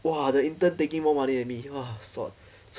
!wah! the intern taking more money than me !wah! sot